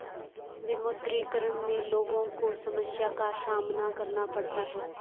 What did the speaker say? विमुद्रीकरण में लोगो को समस्या का सामना करना पड़ता है